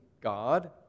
God